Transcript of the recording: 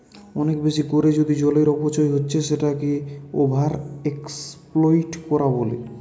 অনেক বেশি কোরে যদি জলের অপচয় হচ্ছে সেটাকে ওভার এক্সপ্লইট কোরা বলে